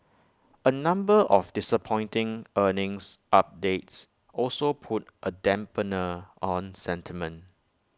A number of disappointing earnings updates also put A dampener on sentiment